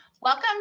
Welcome